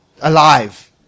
Alive